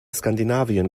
skandinavien